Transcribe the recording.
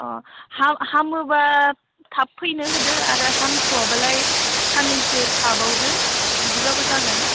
अ हामोबा थाब फैनो होदो आरो हामथ'वाबालाय साननैसो थाबावदो बिदिबाबो जागोन